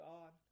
God